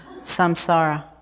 samsara